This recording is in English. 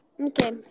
Okay